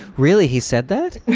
really, he said that?